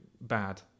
bad